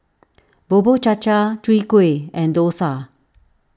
Bubur Cha Cha Chwee Kueh and Dosa